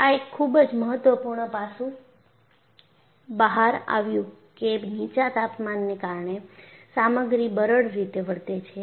આ એક ખૂબ જ મહત્વપૂર્ણ પાસું બહાર આવ્યું કે નીચા તાપમાનને કારણે સામગ્રી બરડ રીતે વર્તે છે